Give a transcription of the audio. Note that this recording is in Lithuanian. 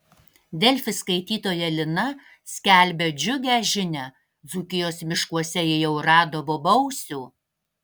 delfi skaitytoja lina skelbia džiugią žinią dzūkijos miškuose ji jau rado bobausių